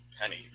penny